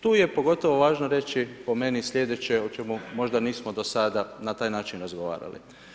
Tu je pogotovo važno reći po meni sljedeće o čemu možda nismo do sada na taj način razgovarali.